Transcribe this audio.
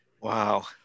Wow